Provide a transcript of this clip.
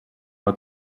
mal